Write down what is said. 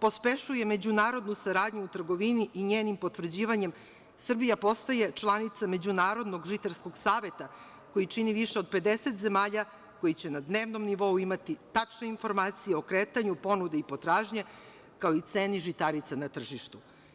pospešuje međunarodnu saradnju u trgovini i njenim potvrđivanjem Srbija postaje članica Međunarodnog žitarskog saveta, koji čine više od 50 zemalja koji će na dnevnom nivou imati tačne informacije o kretanju ponude i potražnje, kao i ceni žitarica na tržištu.